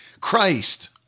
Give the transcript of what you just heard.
Christ